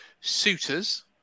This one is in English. suitors